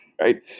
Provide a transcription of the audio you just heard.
Right